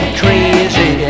crazy